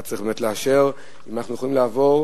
אתה צריך לאשר אם אנחנו יכולים לעבור